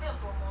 要不